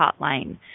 hotline